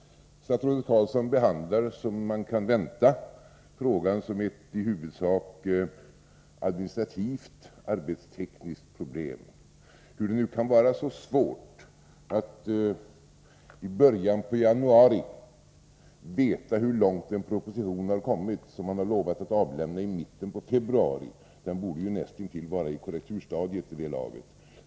Statsrådet behandlar, som man kunde vänta, frågan som ett i huvudsak administrativt, arbetstekniskt problem. Hur kan det nu vara så svårt att i början av januari veta hur långt en proposition har kommit som man har lovat att avlämna i mitten av februari? Propositionen borde nästintill vara i korrekturstadiet vid det laget.